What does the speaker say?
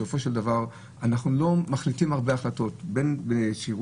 בסופו של דבר אנחנו לא מחליטים הרבה החלטות או